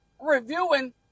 reviewing